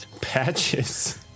Patches